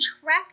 track